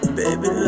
baby